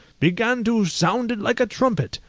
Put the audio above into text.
began to sound it like a trumpet.